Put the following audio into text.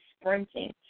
sprinting